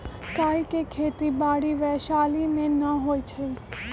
काइ के खेति बाड़ी वैशाली में नऽ होइ छइ